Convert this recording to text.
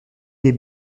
les